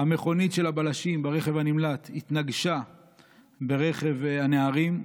המכונית של הבלשים ברכב הנמלט התנגשה ברכב הנערים.